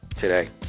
today